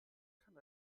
kann